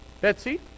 Betsy